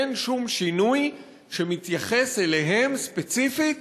אין שום שינוי שמתייחס אליהם ספציפית